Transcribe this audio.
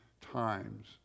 times